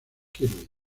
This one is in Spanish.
kirby